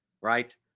right